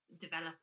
develop